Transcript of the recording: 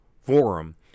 Forum